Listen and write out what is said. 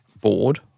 Board